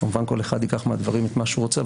כמובן כל אחד ייקח מהדברים את מה שהוא רוצה,